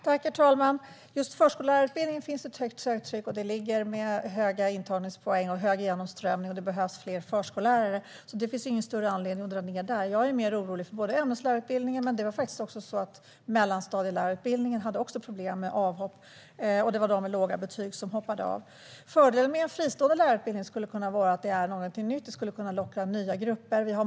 Herr talman! På förskollärarutbildningen är söktrycket högt, liksom intagningspoängen och genomströmningen. Det behövs fler förskollärare, så det finns ingen större anledning att dra ned där. Jag är mer orolig för ämneslärarutbildningen och även mellanstadielärarutbildningen, som har haft problem med avhopp från dem med låga betyg. Fördelen med en fristående lärarutbildning skulle kunna vara att det är någonting nytt som skulle kunna locka nya grupper.